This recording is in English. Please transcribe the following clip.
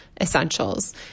essentials